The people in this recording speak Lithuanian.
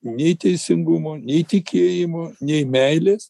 nei teisingumo nei tikėjimo nei meilės